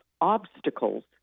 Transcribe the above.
obstacles